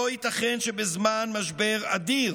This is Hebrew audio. לא ייתכן שבזמן משבר אדיר,